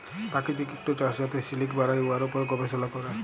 পাকিতিক ইকট চাষ যাতে সিলিক বালাই, উয়ার উপর গবেষলা ক্যরে